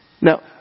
Now